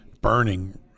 burning